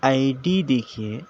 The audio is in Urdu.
آئی ڈی دیکھیے